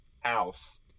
House